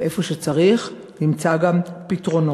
ואיפה שצריך נמצא גם פתרונות.